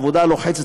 העבודה לוחצת,